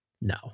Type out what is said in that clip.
no